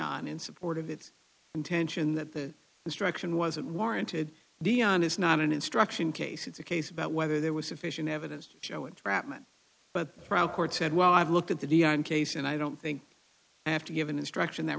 on in support of its contention that the instruction wasn't warranted dione is not an instruction case it's a case about whether there was sufficient evidence to show it but courts said well i've looked at the dionne case and i don't think i have to give an instruction that